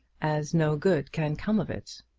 as no good can come of it.